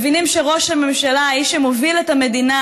מבינים שראש הממשלה, האיש שמוביל את המדינה,